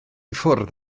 ffwrdd